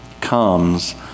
comes